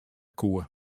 koe